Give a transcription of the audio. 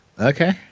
okay